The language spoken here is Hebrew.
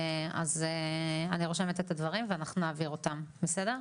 אז אני רושמת את הדברים ואנחנו נעביר אותם, בסדר?